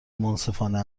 منصفانه